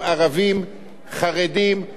חרדים או בכל אזרח אחר,